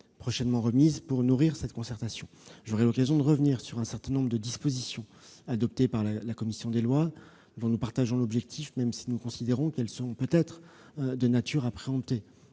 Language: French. prochainement remises, nourriront cette concertation. J'aurai l'occasion de revenir sur un certain nombre de dispositions adoptées par la commission des lois, dont nous partageons l'objectif, même si nous considérons qu'elles sont peut-être de nature à préempter